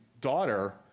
daughter